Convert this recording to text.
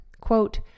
Quote